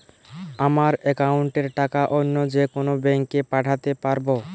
আমার একাউন্টের টাকা অন্য যেকোনো ব্যাঙ্কে পাঠাতে পারব?